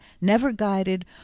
never-guided